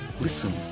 Listen